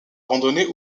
randonnée